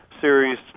series